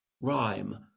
rhyme